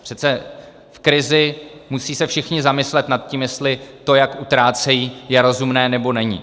Přece v krizi se musí všichni zamyslet nad tím, jestli to, jak utrácejí, je rozumné, nebo není.